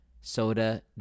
soda